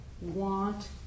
want